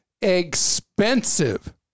expensive